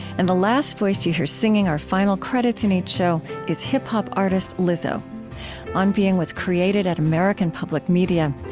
and the last voice that you hear singing our final credits in each show is hip-hop artist lizzo on being was created at american public media.